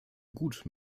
gut